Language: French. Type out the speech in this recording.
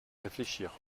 réfléchir